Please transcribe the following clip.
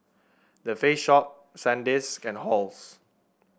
The Face Shop Sandisk and Halls